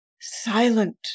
silent